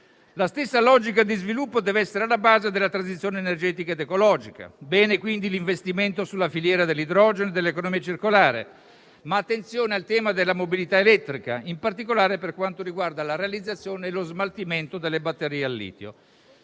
La stessa logica di sviluppo deve essere alla base della tradizione energetica ed ecologica; bene quindi l'investimento sulla filiera dell'idrogeno e dell'economia circolare, ma attenzione al tema della mobilità elettrica, in particolare per quanto riguarda la realizzazione e lo smaltimento delle batterie al litio.